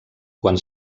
quan